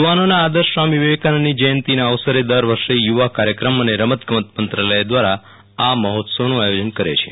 યુવાનોના આદર્શ સ્વામી વિવેકાનંદની જયંતિના અવસરે દર વર્ષ યુવા કાર્યક્રમ અને રમતગમત મંત્રાલય આ મહોત્સવનું આયોજન કરે છે